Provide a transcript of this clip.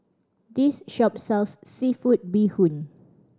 this shop sells seafood bee hoon